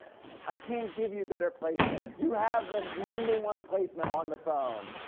i can't give you better placement. you have the number one placement on the phone.